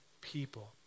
people